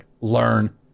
learn